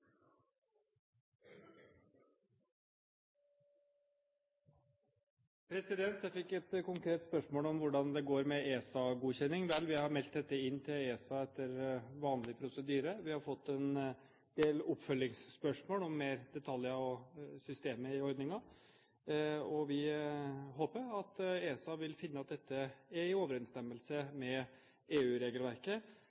uvesentlig. Jeg fikk et konkret spørsmål om hvordan det går med ESA-godkjenningen. Vi har meldt dette inn til ESA etter vanlig prosedyre. Vi har fått en del oppfølgingsspørsmål om mer detaljer og systemer i ordningen. Vi håper at ESA vil finne at dette er i overensstemmelse